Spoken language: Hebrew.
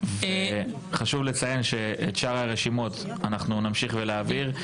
חשוב לציין שאת שאר הרשימות אנחנו נמשיך להעביר.